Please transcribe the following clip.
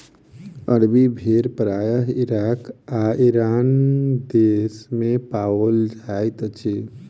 अरबी भेड़ प्रायः इराक आ ईरान देस मे पाओल जाइत अछि